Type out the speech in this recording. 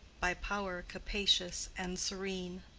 by power capacious and serene.